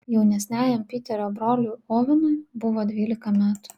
jaunesniajam piterio broliui ovenui buvo dvylika metų